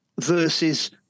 versus